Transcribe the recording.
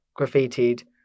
graffitied